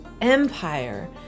empire